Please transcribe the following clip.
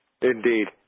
Indeed